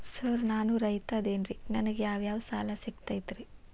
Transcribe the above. Sir ನಾನು ರೈತ ಅದೆನ್ರಿ ನನಗ ಯಾವ್ ಯಾವ್ ಸಾಲಾ ಸಿಗ್ತೈತ್ರಿ?